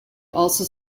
also